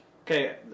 Okay